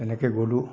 তেনেকৈ গ'লোঁ